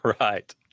Right